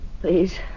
Please